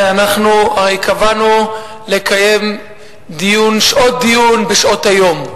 אנחנו הרי קבענו לקיים דיון בשעות היום.